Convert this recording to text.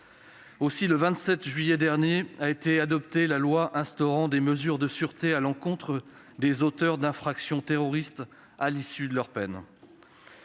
Aussi, le 27 juillet dernier a été adoptée la loi instaurant des mesures de sûreté à l'encontre des auteurs d'infractions terroristes à l'issue de leur peine.